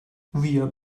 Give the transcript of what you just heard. wir